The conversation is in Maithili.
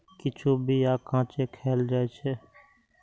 किछु बीया कांचे खाएल जाइ छै